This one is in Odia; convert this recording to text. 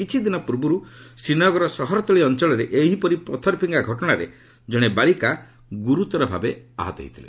କିଛିଦିନ ପୂର୍ବରୁ ଶ୍ରୀନଗରର ସହରତଳି ଅଞ୍ଚଳରେ ଏହିପରି ପଥରଫିଙ୍ଗା ଘଟଣାରେ ଜଣେ ବାଳିକା ଗୁର୍ତ୍ତର ଭାବେ ଆହତ ହୋଇଥିଲେ